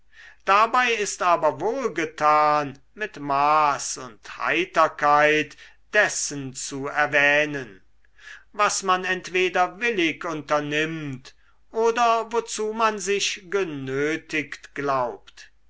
dabei ist aber wohlgetan mit maß und heiterkeit dessen zu erwähnen was man entweder willig unternimmt oder wozu man sich genötigt glaubt